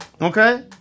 Okay